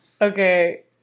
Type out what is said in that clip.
Okay